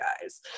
guys